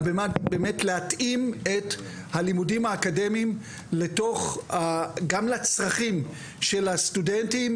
מנת להתאים את הלימודים האקדמיים גם לצרכים של הסטודנטים,